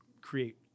create